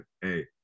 hey